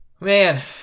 man